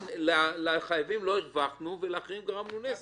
לחייבים לא הרווחנו ולאחרים גרמנו נזק.